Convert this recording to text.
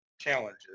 challenges